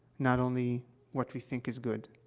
not only what we think is good.